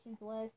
list